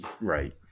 Right